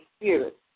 Spirit